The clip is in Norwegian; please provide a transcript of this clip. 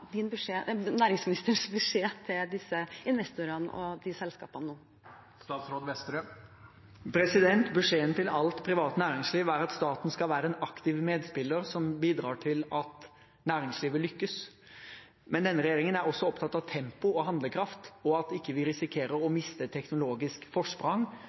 næringsministerens beskjed til disse investorene og selskapene nå? Beskjeden til alt privat næringsliv er at staten skal være en aktiv medspiller som bidrar til at næringslivet lykkes. Men denne regjeringen er også opptatt av tempo og handlekraft, og at vi ikke risikerer å miste teknologisk forsprang